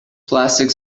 plastic